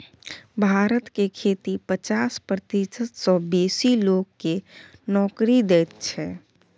भारत के खेती पचास प्रतिशत सँ बेसी लोक केँ नोकरी दैत छै